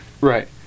Right